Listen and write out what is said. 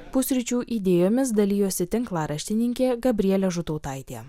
pusryčių idėjomis dalijosi tinklaraštininkė gabrielė žutautaitė